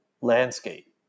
landscape